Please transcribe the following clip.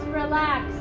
relax